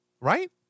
right